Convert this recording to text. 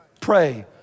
Pray